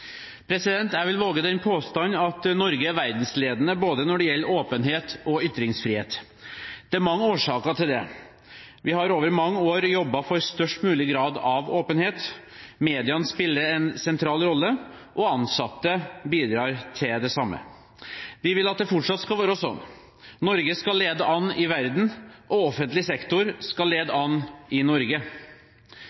Jeg vil våge den påstand at Norge er verdensledende når det gjelder både åpenhet og ytringsfrihet. Det er mange årsaker til det. Vi har over mange år jobbet for størst mulig grad av åpenhet. Mediene spiller en sentral rolle, og ansatte bidrar til det samme. Vi vil at det fortsatt skal være sånn. Norge skal lede an i verden, og offentlig sektor skal lede